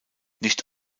nicht